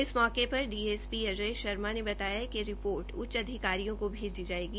इस मौके पर D S P Ajay Sharma ने बताया कि रिपोर्ट उच्च अधिकारियों को भेजी जायेंगी